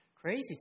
Crazy